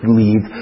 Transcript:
leave